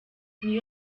niyo